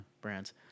brands